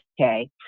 okay